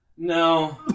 No